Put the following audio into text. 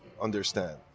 understand